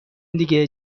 دیگه